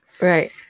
Right